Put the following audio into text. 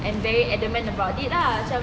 and very adamant about it lah macam